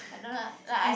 I don't know like I